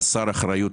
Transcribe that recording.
חסר אחריות,